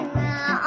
now